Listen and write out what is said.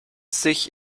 sich